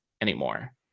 anymore